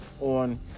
on